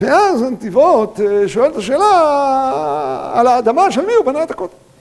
ואז הנתיבות שואל את השאלה על האדמה של מי הוא בנה את ה...